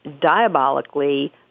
diabolically